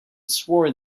swore